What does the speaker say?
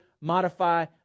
modify